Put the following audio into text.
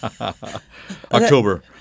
October